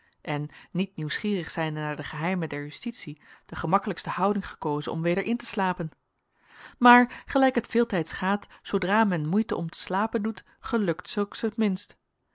en niet nieuwsgierig zijnde naar de geheimen der justitie de gemakkelijkste houding gekozen om weder in te slapen maar gelijk het veeltijds gaat zoodra men moeite om te slapen doet gelukt zulks het minst